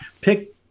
pick